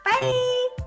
Bye